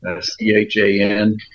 C-H-A-N